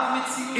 בתחבורה הציבורית.